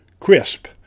Crisp